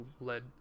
led